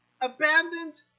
abandoned